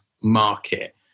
market